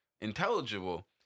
intelligible